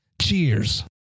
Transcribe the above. Cheers